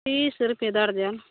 तीस रुपये दर्जन